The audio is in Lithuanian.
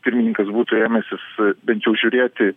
pirmininkas būtų ėmęsis bent jau žiūrėti